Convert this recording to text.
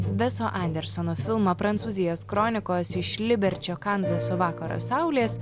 veso andersono filmą prancūzijos kronikos iš liberčio kanzaso vakaro saulės